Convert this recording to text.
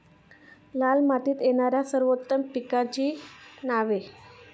लाल मातीत येणाऱ्या सर्वोत्तम पिकांची नावे?